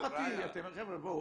תבדקו, חבר'ה.